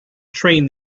train